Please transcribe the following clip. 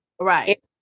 Right